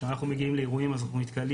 כשאנחנו מגיעים לאירועים אז אנחנו נתקלים